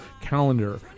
calendar